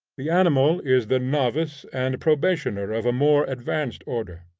the animal is the novice and probationer of a more advanced order.